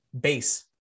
base